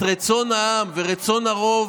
את רצון העם ורצון הרוב